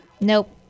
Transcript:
Nope